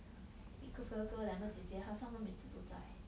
一个哥哥两个姐姐可是他们每次不在